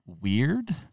weird